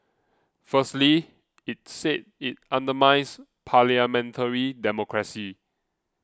firstly it said it undermines parliamentary democracy